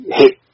hit